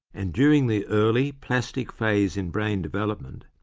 and during the early, plastic phase in brain development,